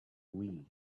wii